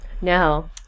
No